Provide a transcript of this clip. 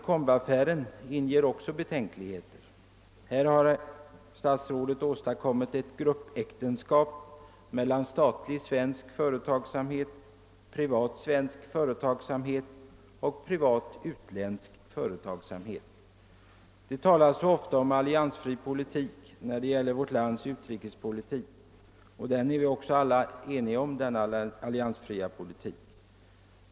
Här har statsrådet åstadkommit ett gruppäktenskap mellan statlig svensk företagsamhet, privat svensk företagsamhet och privat utländsk företagsamhet. Det talas så ofta om alliansfri politik när det gäller vårt lands utrikespolitik. Vi är också alla eniga om denna alliansfria politik.